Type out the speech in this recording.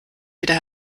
wieder